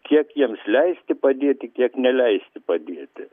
kiek jiems leisti padėti tiek neleisti padėti